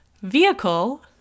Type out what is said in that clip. vehicle